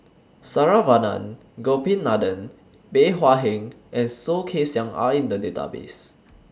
Saravanan Gopinathan Bey Hua Heng and Soh Kay Siang Are in The Database